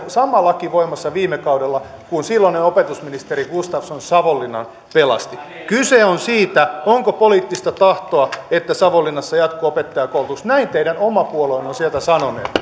sama laki oli voimassa viime kaudella kun silloinen opetusministeri gustafsson savonlinnan pelasti kyse on siitä onko poliittista tahtoa että savonlinnassa jatkuu opettajakoulutus näin teidän oma puolueenne on sieltä sanonut